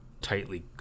tightly